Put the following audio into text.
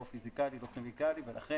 לא פיזיקלי ולא כימיקלי ולכן